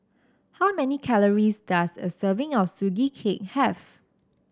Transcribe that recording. how many calories does a serving of Sugee Cake have